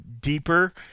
deeper